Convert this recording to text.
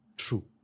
true